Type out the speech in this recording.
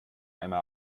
einmal